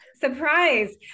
Surprise